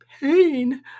pain